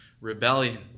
rebellion